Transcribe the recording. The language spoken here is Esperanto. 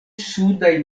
sudaj